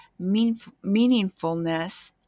meaningfulness